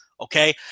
okay